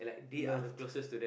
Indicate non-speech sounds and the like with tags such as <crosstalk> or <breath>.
loved <breath>